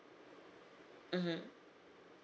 mmhmm